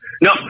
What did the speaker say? no